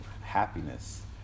happiness